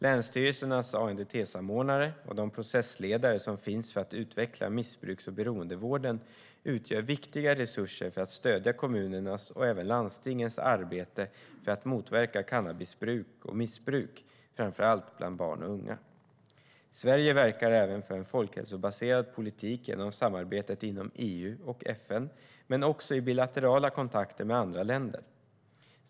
Länsstyrelsernas ANDT-samordnare och de processledare som finns för att utveckla missbruks och beroendevården utgör viktiga resurser för att stödja kommunernas och även landstingens arbete för att motverka cannabisbruk och missbruk, framför allt bland barn och unga. Sverige verkar även för en folkhälsobaserad politik genom samarbetet inom EU och FN, men också i bilaterala kontakter med andra länder.